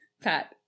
Pat